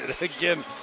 Again